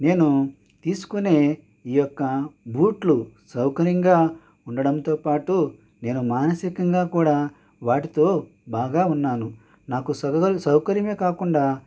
నేను తీసుకునే ఈ యొక్క బూట్లు సౌకర్యంగా ఉండడంతో పాటు నేను మానసికంగా కూడా వాటితో బాగా ఉన్నాను నాకు సదుగోలు సౌకర్యమే కాకుండా